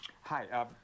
Hi